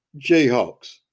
Jayhawks